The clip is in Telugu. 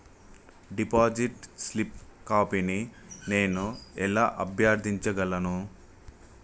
డిపాజిట్ స్లిప్ కాపీని నేను ఎలా అభ్యర్థించగలను?